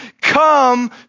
Come